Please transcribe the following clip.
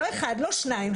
לא אחד ולא שניים,